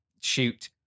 shoot